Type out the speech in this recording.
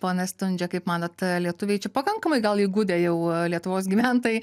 pone stundžia kaip manot lietuviai čia pakankamai gal įgudę jau lietuvos gyventojai